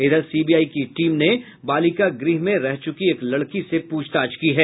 इधर सीबीआई की टीम ने बालिका गृह में रह चुकी एक लड़की से पूछताछ की है